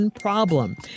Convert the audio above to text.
problem